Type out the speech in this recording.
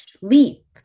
leap